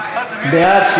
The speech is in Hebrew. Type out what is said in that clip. בעד,